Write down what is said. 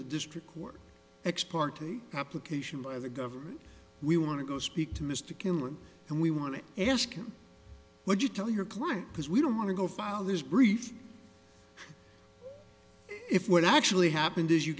the district court ex party application by the government we want to go speak to mr killen and we want to ask him would you tell your client because we don't want to go file this brief if what actually happened is you